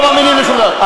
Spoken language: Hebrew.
לא מאמינים לשום דבר.